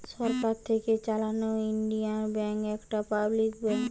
সরকার থিকে চালানো Indian bank একটা পাবলিক ব্যাঙ্ক